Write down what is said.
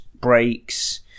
breaks